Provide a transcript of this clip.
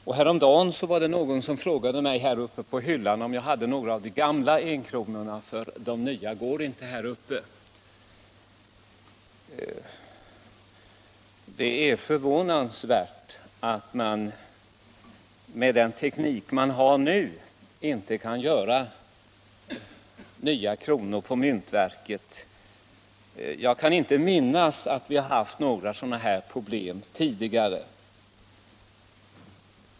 Jag kan också nämna att jag häromdagen blev tillfrågad uppe på klubbrumshyllan om jag hade några av de gamla kronorna, eftersom de nya inte gick att använda i automaterna där. Det är förvånansvärt att myntverket med den teknik som man har till förfogande inte kan göra nya enkronorsmynt med rätt tjocklek. Jag kan inte minnas att vi har haft några motsvarande problem tidigare.